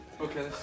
Okay